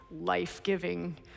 life-giving